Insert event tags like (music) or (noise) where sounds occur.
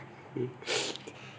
(noise)